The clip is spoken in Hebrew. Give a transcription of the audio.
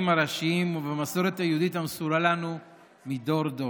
הראשיים ובמסורת היהודית המסורה לנו מדור לדור.